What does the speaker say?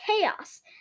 chaos